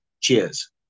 Cheers